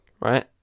Right